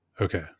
Okay